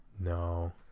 No